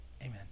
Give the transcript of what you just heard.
amen